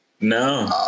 No